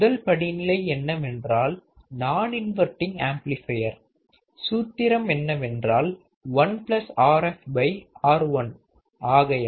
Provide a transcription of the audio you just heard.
முதல் படிநிலை என்னவென்றால் நான் இன்வர்டிங் ஆம்ப்ளிபையர் சூத்திரம் என்னவென்றால் 1 Rf R1